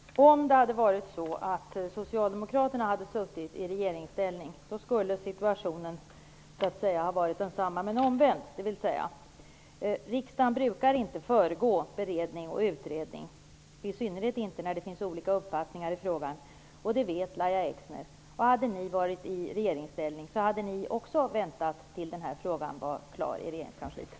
Herr talman! Om det hade varit så att socialdemokraterna suttit i regeringsställning, skulle situationen ha varit exakt densamma, men med omvända förtecken. Riksdagen brukar inte föregripa beredning och utredning, i synnerhet inte när det finns olika uppfattningar i frågan, och det vet Lahja Exner. Om ni hade varit i regeringsställning, hade också ni väntat till dess att beredningen av frågan varit klar i regeringskansliet.